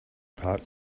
part